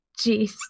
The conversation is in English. jeez